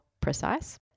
precise